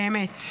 באמת.